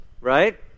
right